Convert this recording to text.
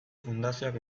fundazioak